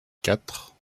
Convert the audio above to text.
quatre